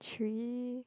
three